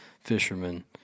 fisherman